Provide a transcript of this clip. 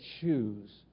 choose